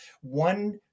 one